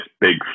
big